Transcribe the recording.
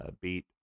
beat